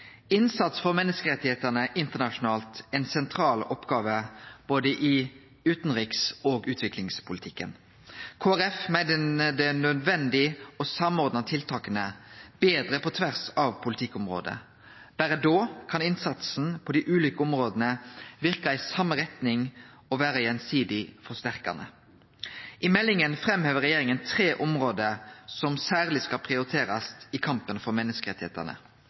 Innsats for menneskerettane internasjonalt er ei sentral oppgåve i både utanriks- og utviklingspolitikken. Kristeleg Folkeparti meiner det er nødvendig å samordne tiltaka betre på tvers av politikkområde. Berre da kan innsatsen på dei ulike områda verke i same retning og vere gjensidig forsterkande. I meldinga framhevar regjeringa tre område som særleg skal prioriterast i kampen for